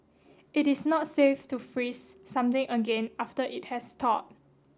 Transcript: it is not safe to freeze something again after it has thawed